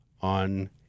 on